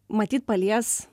matyt palies